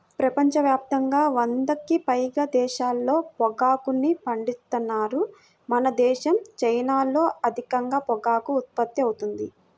ప్రపంచ యాప్తంగా వందకి పైగా దేశాల్లో పొగాకుని పండిత్తన్నారు మనదేశం, చైనాల్లో అధికంగా పొగాకు ఉత్పత్తి అవుతుంది